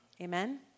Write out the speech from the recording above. Amen